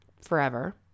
forever